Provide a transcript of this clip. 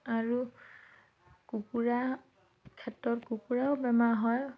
আৰু কুকুৰা ক্ষেত্ৰত কুকুৰাও বেমাৰ হয়